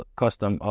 custom